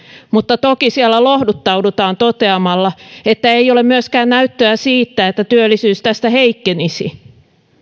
mutta toki siellä lohduttaudutaan toteamalla että ei ole myöskään näyttöä siitä että työllisyys tästä heikkenisi